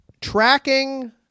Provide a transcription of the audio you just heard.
tracking